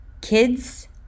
kids